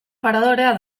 paradorea